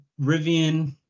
Rivian